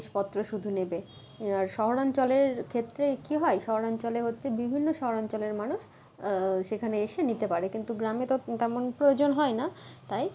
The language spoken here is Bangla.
জিনিসপত্র শুধু নেবে আর শহরাঞ্চলের ক্ষেত্রে কি হয় শহরাঞ্চলে হচ্ছে বিভিন্ন শহরাঞ্চলের মানুষ সেখানে এসে নিতে পারে কিন্তু গ্রামে তো তেমন প্রয়োজন হয় না তাই